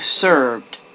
served